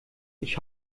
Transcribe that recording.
ich